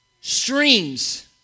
streams